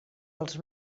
els